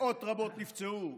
מאות רבות נפצעו,